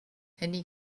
eddy